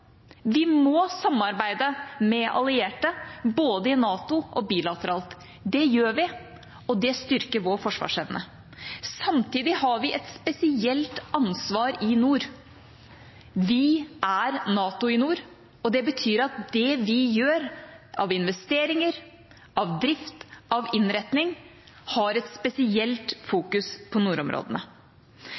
Vi må samarbeide med allierte både i NATO og bilateralt. Det gjør vi, og det styrker vår forsvarsevne. Samtidig har vi et spesielt ansvar i nord. Vi er NATO i nord, og det betyr at det vi gjør av investeringer, av drift, av innretning, har et spesielt fokus på nordområdene.